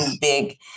big